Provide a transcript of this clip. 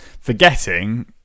forgetting